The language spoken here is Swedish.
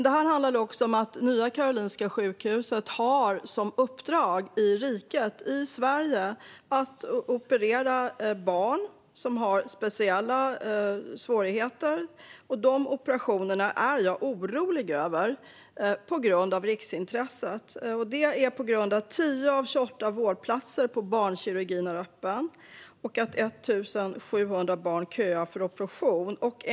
Detta handlar också om att Nya Karolinska sjukhuset har som uppdrag i riket - i Sverige - att operera barn som har speciella svårigheter. Dessa operationer är jag orolig över på grund av riksintresset. Det beror på att 10 av 28 vårdplatser på barnkirurgin är öppna medan 1 700 barn köar för operation.